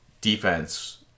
defense